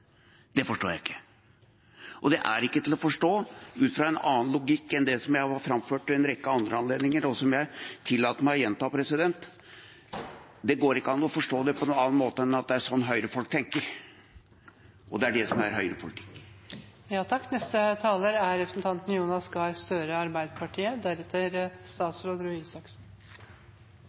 Det forstår jeg ikke. Og det er ikke til å forstå ut fra en annen logikk enn det som jeg har framført ved en rekke andre anledninger, og som jeg tillater meg å gjenta: Det går ikke an å forstå det på noen annen måte enn at det er sånn høyrefolk tenker, og at det er det som er